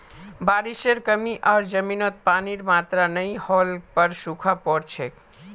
बारिशेर कमी आर जमीनत पानीर मात्रा नई होल पर सूखा पोर छेक